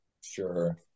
sure